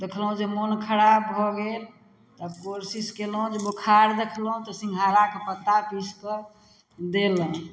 देखलहुँ जे मोन खराप भऽ गेल तऽ कोशिश कयलहुँ जे बोखार देखलहुँ तऽ सिङ्घराके पत्ता पीसकऽ देलहुँ